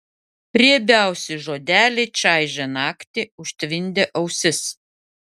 riebiausi žodeliai čaižė naktį užtvindė ausis